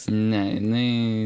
ne jinai